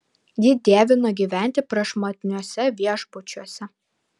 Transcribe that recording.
ji dievino gyventi prašmatniuose viešbučiuose